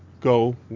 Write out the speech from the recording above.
go